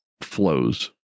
flows